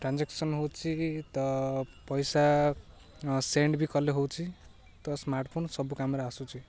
transaction ହେଉଛି ତ ପଇସା ସେଣ୍ଡ ବି କଲେ ହେଉଛି ତ ସ୍ମାର୍ଟ ଫୋନ ସବୁ କାମରେ ଆସୁଛି